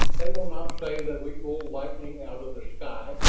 they will not say that we pulled lightning out of the sky,